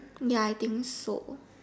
ya I think so